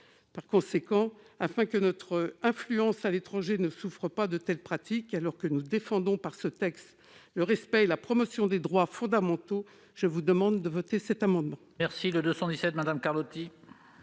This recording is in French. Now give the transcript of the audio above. de travail. Afin que notre influence à l'étranger ne souffre pas de telles pratiques, et alors même que nous défendons au travers de ce texte le respect et la promotion des droits fondamentaux, je vous demande de voter cet amendement.